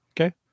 Okay